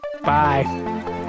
bye